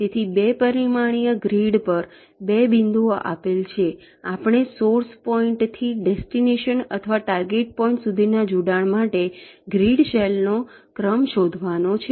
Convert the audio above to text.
તેથી 2 પરિમાણીય ગ્રીડ પર 2 બિંદુઓ આપેલ છે આપણે સોર્સ પોઈન્ટ થી ડેસ્ટિનેશન અથવા ટાર્ગેટ પોઈન્ટ સુધીના જોડાણ માટે ગ્રીડ સેલ નો ક્રમ શોધવાનો છે